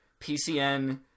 PCN